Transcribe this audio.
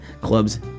clubs